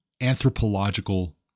anthropological